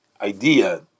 idea